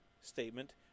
statement